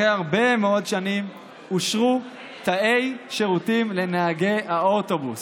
אחרי הרבה מאוד שנים אושרו תאי שירותים לנהגי האוטובוס.